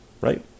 right